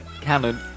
Canon